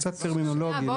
קצת טרמינולוגי.